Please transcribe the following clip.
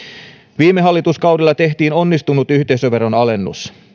viime hallituskaudella tehtiin onnistunut yhteisöveron alennus